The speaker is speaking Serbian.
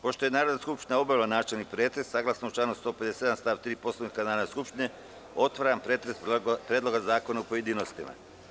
Pošto je Narodna skupština obavila načelni pretres, saglasno planu 157. stav 3. Poslovnika Narodne skupštine, otvaram pretres Predloga zakona u pojedinostima.